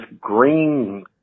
green